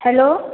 hello